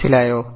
മനസ്സിലായോ